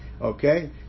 Okay